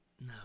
No